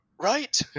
right